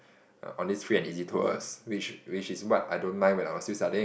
on this free and easy tours which which is what I don't mind when I was still studying